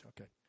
okay